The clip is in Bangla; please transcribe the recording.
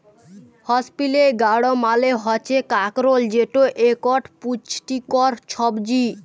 ইসপিলই গাড় মালে হচ্যে কাঁকরোল যেট একট পুচটিকর ছবজি